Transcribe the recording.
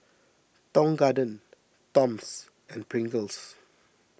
Tong Garden Toms and Pringles